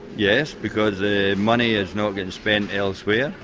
yes, because the money is not getting spent elsewhere.